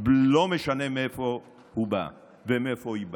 לא משנה מאיפה הוא בא ומאיפה היא באה.